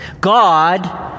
God